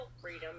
freedom